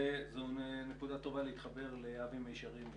זו הנקודה להתחבר לאבי מישרים,